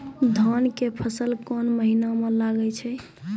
धान के फसल कोन महिना म लागे छै?